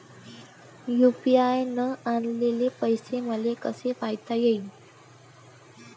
UPI न आलेले पैसे मले कसे पायता येईन?